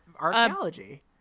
archaeology